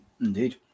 indeed